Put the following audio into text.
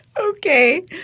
Okay